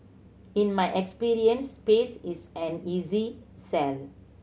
in my experience space is an easy sell